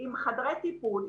עם חדרי טיפול,